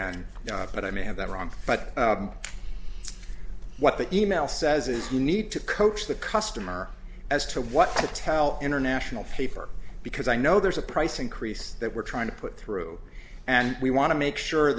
ion but i may have that wrong but what the e mail says is you need to coax the customer as to what to tell international paper because i know there's a price increase that we're trying to put through and we want to make sure